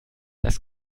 das